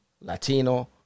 Latino